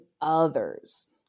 others